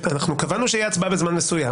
קבענו שתהיה הצבעה בזמן מסוים.